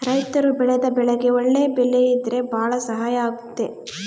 ರೈತರು ಬೆಳೆದ ಬೆಳೆಗೆ ಒಳ್ಳೆ ಬೆಲೆ ಇದ್ರೆ ಭಾಳ ಸಹಾಯ ಆಗುತ್ತೆ